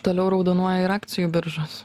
toliau raudonuoja ir akcijų biržos